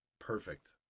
perfect